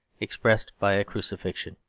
expressed by a crucifixion.